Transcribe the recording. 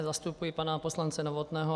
Zastupuji pana poslance Novotného.